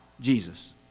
Jesus